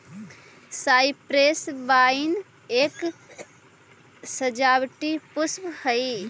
cypress vine एक सजावटी पुष्प हई